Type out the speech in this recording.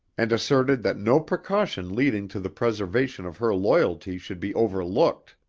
and asserted that no precaution leading to the preservation of her loyalty should be overlooked.